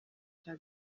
cya